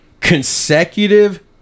consecutive